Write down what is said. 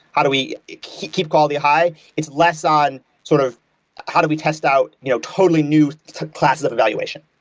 how do we keep quality high? it's less on sort of how do we test out you know totally new classes of evaluation.